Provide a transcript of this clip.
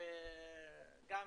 וגם